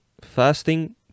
fasting